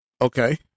okay